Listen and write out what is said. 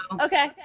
okay